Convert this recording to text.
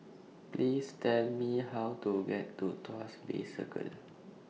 Please Tell Me How to get to Tuas Bay Circle